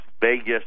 Vegas